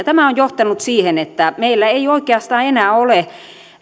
tämä on johtanut siihen että meillä ei oikeastaan enää ole